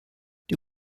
die